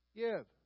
give